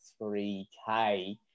3K